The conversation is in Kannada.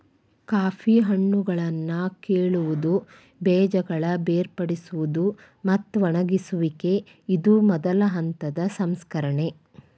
ಕಾಫಿ ಹಣ್ಣುಗಳನ್ನಾ ಕೇಳುವುದು, ಬೇಜಗಳ ಬೇರ್ಪಡಿಸುವುದು, ಮತ್ತ ಒಣಗಿಸುವಿಕೆ ಇದು ಮೊದಲ ಹಂತದ ಸಂಸ್ಕರಣೆ